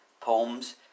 poems